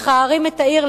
מכערים את העיר.